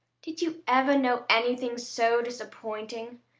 did you ever know anything so disappointing?